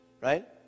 right